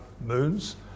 moons